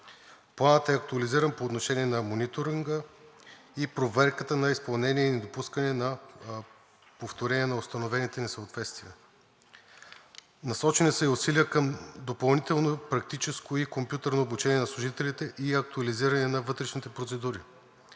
Планът е актуализиран по отношение на мониторинга и проверката на изпълнение и недопускане на повторение на установените несъответствия. Насочени са и усилия към допълнително практическо и компютърно обучение на служителите и актуализиране на вътрешните процедури.